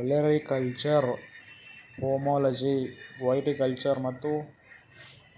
olericulture, pomology, viticulture ಮತ್ತ